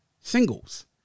singles